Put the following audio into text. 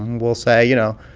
we'll say, you know,